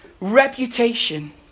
reputation